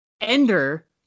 Ender